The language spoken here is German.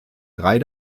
drei